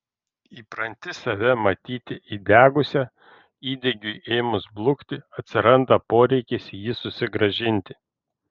įpranti save matyti įdegusia įdegiui ėmus blukti atsiranda poreikis jį susigrąžinti